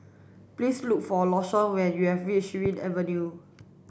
please look for Lashawn when you reach Surin Avenue